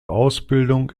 ausbildung